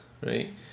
right